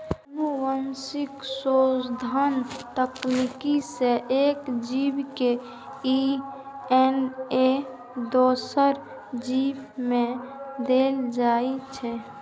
आनुवंशिक संशोधन तकनीक सं एक जीव के डी.एन.ए दोसर जीव मे देल जाइ छै